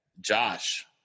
Josh